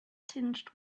tinged